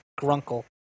Grunkle